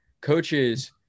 coaches